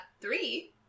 Three